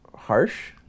harsh